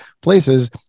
places